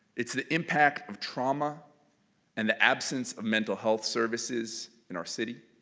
it's the impact of trauma and the absence of mental health services in our city.